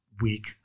week